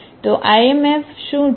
તો Im F શું છે